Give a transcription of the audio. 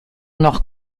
noch